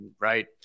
right